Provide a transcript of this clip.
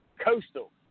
Coastal